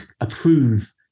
approve